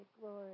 glory